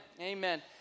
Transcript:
Amen